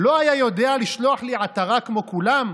לא היה יודע לשלוח לי עטרה כמו כולם?